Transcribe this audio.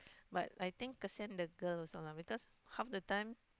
but I think cause send the girl also lah because half the time